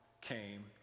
came